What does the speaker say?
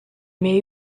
may